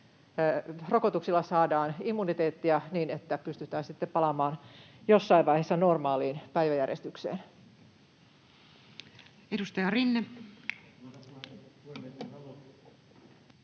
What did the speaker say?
rokotuksilla saadaan immuniteettia niin, että pystytään sitten palaamaan jossain vaiheessa normaaliin päiväjärjestykseen.